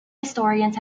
historians